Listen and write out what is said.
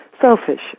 selfish